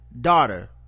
daughter